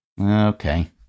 Okay